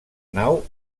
nau